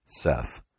Seth